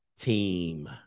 team